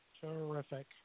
Terrific